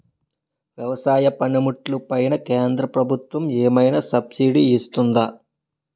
వ్యవసాయ పనిముట్లు పైన కేంద్రప్రభుత్వం ఏమైనా సబ్సిడీ ఇస్తుందా?